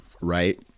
right